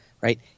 right